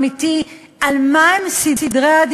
אז מה אומר